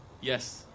Yes